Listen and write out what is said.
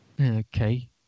Okay